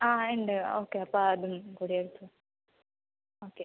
ആ ഉണ്ട് ഓക്കെ അപ്പോൾ അതും കൂടി എടുത്തോ ഓക്കെ